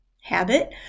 habit